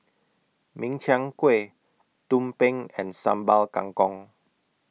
Min Chiang Kueh Tumpeng and Sambal Kangkong